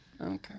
Okay